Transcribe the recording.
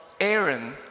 Aaron